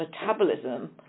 metabolism